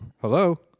Hello